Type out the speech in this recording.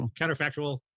counterfactual